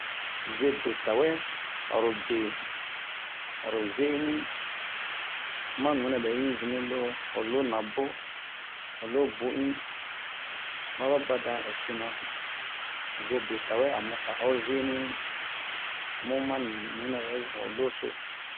sebe tawɛ aro be aro zeni ma nunɛ bɛ in zun mi lo ho lo nabo ho lo bu'in maba badan ɛsinan sebe tawɛ a mu a ho zeni mu ma ni nunɛ bɛ zun ho loso